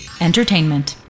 Entertainment